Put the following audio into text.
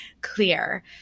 clear